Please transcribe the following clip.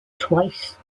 twice